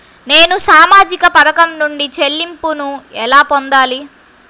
నేను సామాజిక పథకం నుండి చెల్లింపును ఎలా పొందాలి?